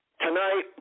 tonight